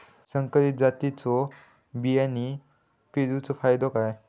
संकरित जातींच्यो बियाणी पेरूचो फायदो काय?